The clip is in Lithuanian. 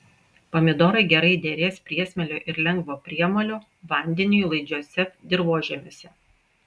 pomidorai gerai derės priesmėlio ir lengvo priemolio vandeniui laidžiuose dirvožemiuose